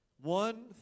One